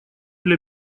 для